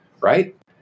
right